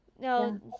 no